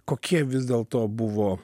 kokie vis dėlto buvo